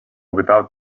without